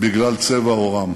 בגלל צבע עורם.